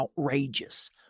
outrageous